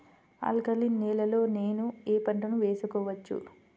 Alkaline నేలలో నేనూ ఏ పంటను వేసుకోవచ్చు?